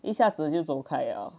一下子就走开了